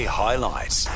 highlights